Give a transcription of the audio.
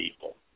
people